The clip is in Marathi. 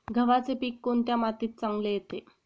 गव्हाचे पीक कोणत्या मातीत चांगले येते?